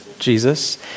Jesus